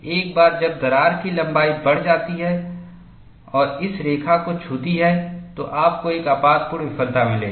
एक बार जब दरार की लंबाई बढ़ जाती है और इस रेखा को छूती है तो आपको एक आपातपूर्ण विफलता मिलेगी